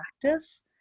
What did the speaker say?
practice